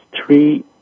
three